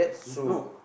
no